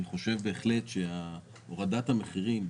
אני חושב שמחיר למשתכן --- הוא פרויקט נוראי.